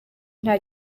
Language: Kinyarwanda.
nta